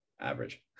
average